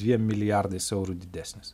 dviem milijardais eurų didesnis